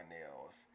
nails